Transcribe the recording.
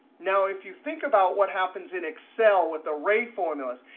now, if you think about what happens in excel with array formulas,